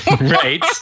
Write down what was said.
Right